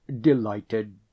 delighted